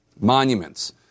Monuments